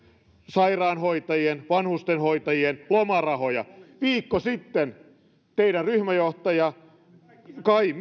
sairaanhoitajien ja vanhustenhoitajien lomarahoja viikko sitten teidän ryhmäjohtajanne edustaja kai